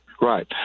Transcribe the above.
right